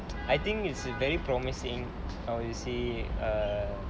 I think it's very promising I would say err